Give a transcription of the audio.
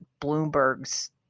Bloomberg's